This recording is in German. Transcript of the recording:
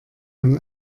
man